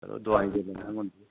चलो दवाई ते लेना पौंदी ऐ